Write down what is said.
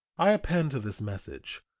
i append to this message,